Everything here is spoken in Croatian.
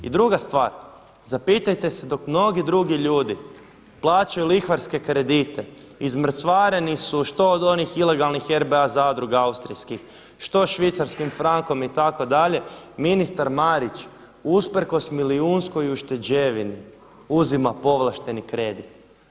I druga stvar, zapitajte se dok mnogi drugi ljudi plaćaju lihvarske kredite, izmrcvareni su što od onih ilegalnih RBA zadruga austrijskih, što švicarskim frankom itd. ministar Marić usprkos milijunskoj ušteđevini uzima povlašteni kredit.